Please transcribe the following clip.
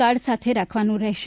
card સાથે રાખવાનું રહેશે